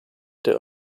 der